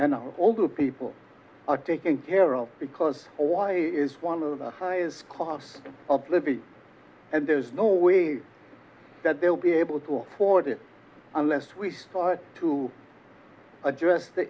and older people are taken care of because it is one of the highest cost of living and there's no way that they'll be able to afford it unless we start to address th